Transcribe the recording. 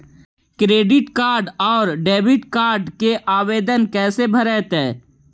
Credit और debit card के आवेदन कैसे भरैतैय?